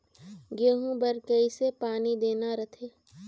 गेहूं बर कइसे पानी देना रथे?